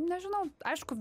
nežinau aišku